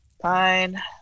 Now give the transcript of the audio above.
Fine